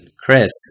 Chris